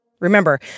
Remember